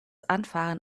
anfahren